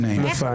נפל.